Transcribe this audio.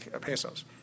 pesos